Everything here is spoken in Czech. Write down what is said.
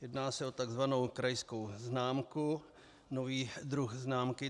Jedná se o tzv. krajskou známku, nový druh známky.